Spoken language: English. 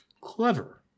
Clever